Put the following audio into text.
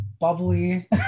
bubbly